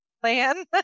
plan